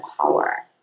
power